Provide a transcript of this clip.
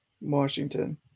Washington